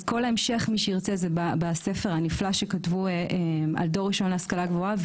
כל ההמשך מי שירצה זה בספר הנפלא שכתבו על דור ראשון להשכלה גבוהה,